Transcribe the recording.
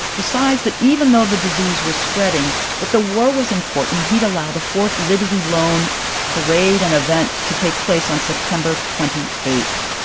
decides that even though the disease was spreading that the war was important, and he'd allow the fourth liberty loan parade and event to take place on september twenty eight.